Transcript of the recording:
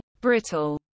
brittle